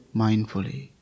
mindfully